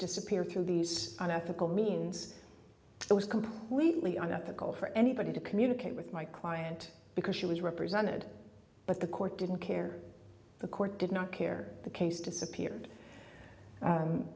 disappear through unethical means it was completely unethical for anybody to communicate with my client because she was represented but the court didn't care or the court did not care the case disappeared